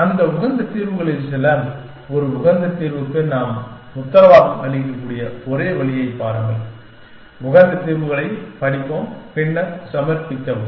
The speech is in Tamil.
அந்த உகந்த தீர்வுகளில் சில ஒரு உகந்த தீர்வுக்கு நாம் உத்தரவாதம் அளிக்கக்கூடிய ஒரே வழியைப் பாருங்கள் உகந்த தீர்வுகளைப் படிப்போம் பின்னர் சமர்ப்பிக்கவும்